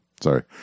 sorry